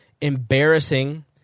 embarrassing